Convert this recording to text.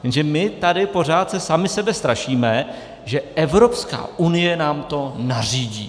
Jenže my tady pořád sami sebe strašíme, že Evropská unie nám to nařídí.